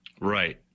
Right